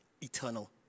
eternal